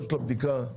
בדיקה.